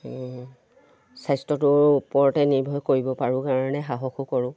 স্বাস্থ্যটোৰ ওপৰতে নিৰ্ভৰ কৰিব পাৰোঁ কাৰণে সাহসো কৰোঁ